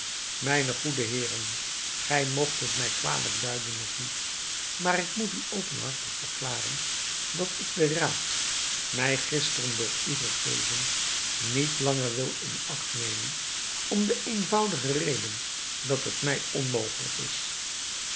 mijne goede heeren gij moogt het mij kwalijk duiden of niet maar ik moet u openhartig verklaren dat ik den raad mij gisteren door u gegeven niet langer wil in acht nemen om de eenvoudige reden dat het mij onmogelijk is